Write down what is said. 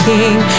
King